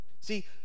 See